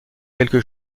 quelque